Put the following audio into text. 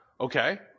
Okay